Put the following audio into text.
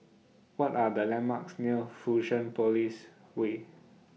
What Are The landmarks near Fusionopolis Way